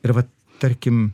ir vat tarkim